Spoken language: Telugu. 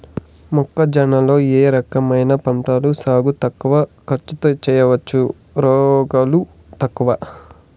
మొక్కజొన్న లో ఏ రకమైన పంటల సాగు తక్కువ ఖర్చుతో చేయచ్చు, రోగాలు తక్కువ?